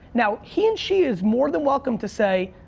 now, he and she is more than welcome to say,